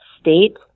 state